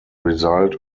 result